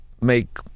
make